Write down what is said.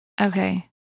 Okay